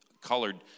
colored